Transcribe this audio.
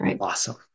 awesome